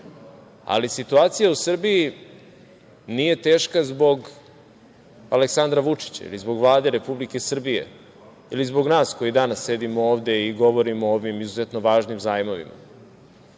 ali situacija u Srbiji nije teška zbog Aleksandra Vučića ili zbog Vlade Republike Srbije ili zbog nas koji danas sedimo ovde i govorimo o ovim izuzetno važnim zajmovima,